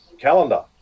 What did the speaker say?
calendar